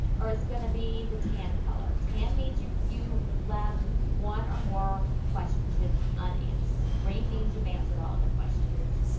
or it's going to be the tan color. tan means you left one or more questions unanswered. green means you've answered all of the questions.